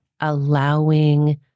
allowing